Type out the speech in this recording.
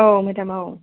औ मेदाम औ